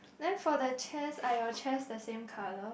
then for the chairs are your chairs the same color